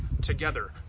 together